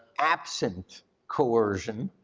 absent coercion,